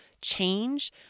change